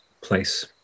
place